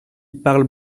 parlent